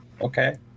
okay